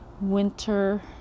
winter